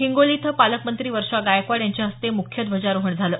हिंगोली इथं पालकमंत्री वर्षा गायकवाड यांच्या हस्ते मुख्य ध्वजारोहण झालं